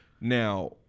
Now